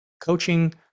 Coaching